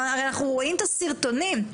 אנחנו רואים את הסרטונים,